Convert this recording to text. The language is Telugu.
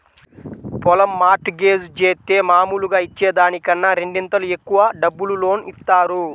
పొలం మార్ట్ గేజ్ జేత్తే మాములుగా ఇచ్చే దానికన్నా రెండింతలు ఎక్కువ డబ్బులు లోను ఇత్తారు